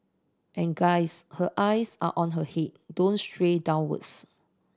and guys her eyes are on her head don't stray downwards